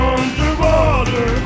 Underwater